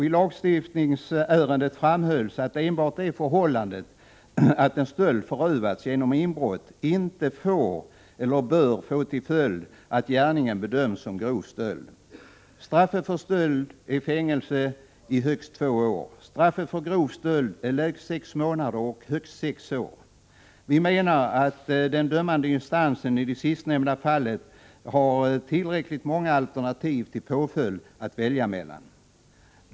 I lagstiftningsärendet framhölls att enbart det förhållandet att en stöld förövats genom inbrott inte får eller bör få till följd att gärningen bedöms som grov stöld. Straffet för stöld är fängelse i högst två år. Straffet för grov stöld är lägst sex månader och högst sex år. Vi menar att den dömande instansen i det sistnämnda fallet ändå har tillräckligt många alternativ till påföljd att välja mellan.